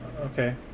Okay